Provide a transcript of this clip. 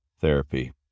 therapy